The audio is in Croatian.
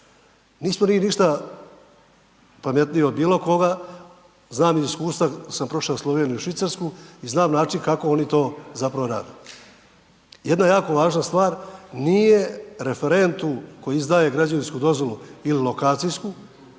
Nismo mi ništa pametniji od bilo koga. Znam iz iskustva jer sam prošao Sloveniju i Švicarsku i znam način kako oni to zapravo rade. Jedna jako važna stvar. Nije referent koji izdaje građevinsku dozvolu ili lokacijsku